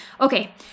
Okay